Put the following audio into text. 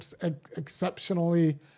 exceptionally